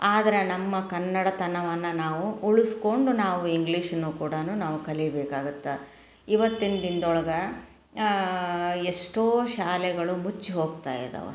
ಆದ್ರೆ ನಮ್ಮ ಕನ್ನಡತನವನ್ನು ನಾವು ಉಳಿಸ್ಕೊಂಡು ನಾವು ಇಂಗ್ಲೀಷನ್ನು ಕೂಡಾ ನಾವು ಕಲೀಬೇಕಾಗತ್ತೆ ಇವತ್ತಿನ ದಿನ್ದೊಳಗೆ ಎಷ್ಟೋ ಶಾಲೆಗಳು ಮುಚ್ಚಿ ಹೋಗ್ತ ಇದಾವೆ